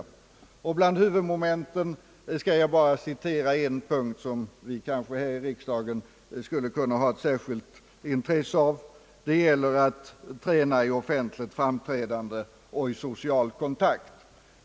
Bland huvudmomenten skall jag bara anföra en punkt, som vi kanske här i riksdagen skulle kunna ha ett intresse av: det gäller att träna i offentligt framträdande och i social kontakt.